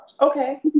Okay